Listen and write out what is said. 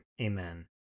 Amen